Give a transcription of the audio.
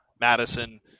madison